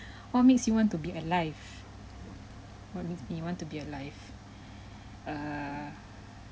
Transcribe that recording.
what makes you want to be alive what makes me want to be alive err